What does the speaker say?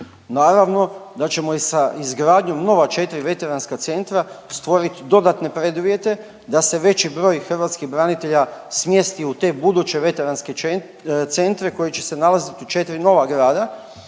Naravno da ćemo i sa izgradnjom nova četri veteranska centra stvorit dodatne preduvjete da se veći broj hrvatskih branitelja smjesti u te buduće veteranske centre koji će se nalaziti u četiri nova grada.